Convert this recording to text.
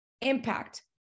impact